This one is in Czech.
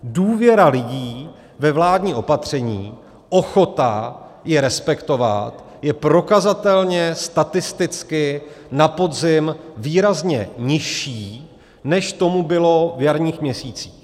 Důvěra lidí ve vládní opatření, ochota je respektovat, je prokazatelně statisticky na podzim výrazně nižší, než tomu bylo v jarních měsících.